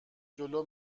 جلو